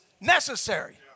necessary